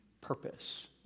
purpose